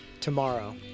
Tomorrow